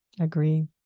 Agree